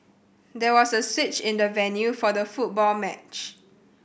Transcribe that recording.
there was a switch in the venue for the football match